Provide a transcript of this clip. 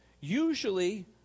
Usually